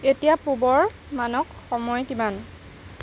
এতিয়া পূবৰ মানক সময় কিমান